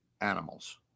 animals